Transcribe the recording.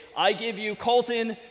i give you colton,